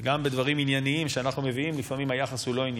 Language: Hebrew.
גם בדברים ענייניים שאנחנו מביאים לפעמים היחס הוא לא ענייני.